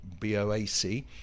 BOAC